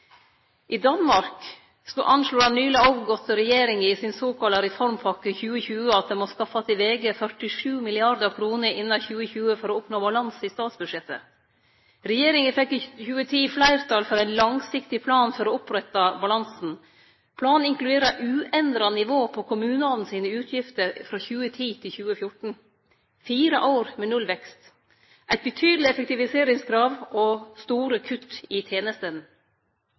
I Danmark meinte den nyleg avgåtte regjeringa i den såkalla Reformpakken 2020 at ein må skaffe 47 mrd. kr innan 2020 for å oppnå balanse i statsbudsjettet. Regjeringa fekk i 2010 fleirtal for ein langsiktig plan for å opprette den balansen att. Planen inkluderer uendra nivå for kommunane sine utgifter frå 2010 til 2014 – fire år med nullvekst, eit betydeleg effektiviseringskrav og store kutt i tenestene.